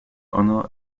unu